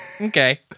Okay